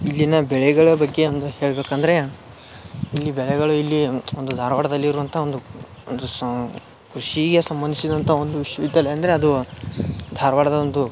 ಇಲ್ಲಿನ ಬೆಳೆಗಳ ಬಗ್ಗೆ ಅಂದು ಹೇಳ್ಬೇಕು ಅಂದರೆ ಇಲ್ಲಿ ಬೆಳೆಗಳು ಇಲ್ಲಿ ಒಂದು ಧಾರ್ವಾಡದಲ್ಲಿರುವಂಥ ಒಂದು ಕೃಷಿಯ ಸಂಬಂಧಿಸಿದಂಥ ಒಂದು ವಿಶ್ವ ವಿದ್ಯಾಲಯ ಅಂದರೆ ಅದು ಧಾರವಾಡದ ಒಂದು